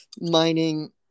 mining